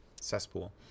cesspool